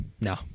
No